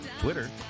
Twitter